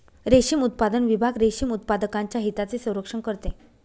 रेशीम उत्पादन विभाग रेशीम उत्पादकांच्या हितांचे संरक्षण करते